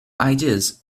ideas